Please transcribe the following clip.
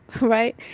right